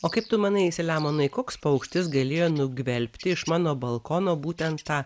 o kaip tu manai selemonai koks paukštis galėjo nugvelbti iš mano balkono būtent tą